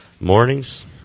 mornings